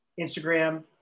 instagram